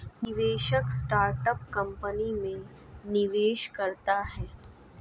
निवेशक startup company में निवेश करता है